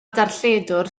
darlledwr